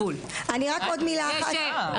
ואנחנו גם ניתן כאן את ההנחיה.